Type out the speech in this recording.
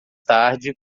tarde